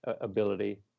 ability